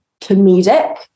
comedic